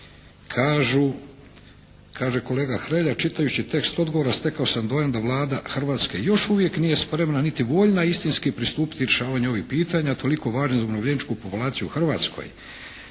Kaže kolega Hrelja čitajući tekst odgovora stekao sam da Vlada Hrvatske još uvijek nije spremna niti voljna istinski pristupiti rješavanju ovih pitanja toliko važnu za umirovljeničku populaciju u Hrvatskoj